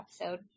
episode